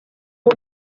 ont